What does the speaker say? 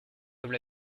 comme